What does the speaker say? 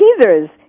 teasers